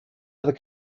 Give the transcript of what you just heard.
other